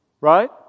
Right